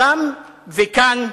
שם וכאן.